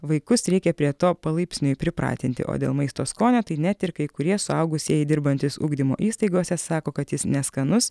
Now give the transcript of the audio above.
vaikus reikia prie to palaipsniui pripratinti o dėl maisto skonio tai net ir kai kurie suaugusieji dirbantys ugdymo įstaigose sako kad jis neskanus